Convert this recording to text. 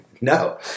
No